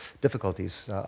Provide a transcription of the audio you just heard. difficulties